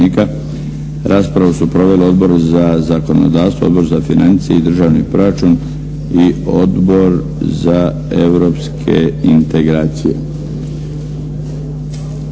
Raspravu su proveli Odbor za zakonodavstvo, Odbor za financije i državni proračun i Odbor za europske integracije.